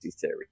theory